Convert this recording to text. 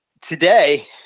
today